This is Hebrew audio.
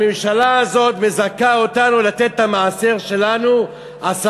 הממשלה הזאת מזכה אותנו לתת את המעשר שלנו, 10%,